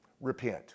Repent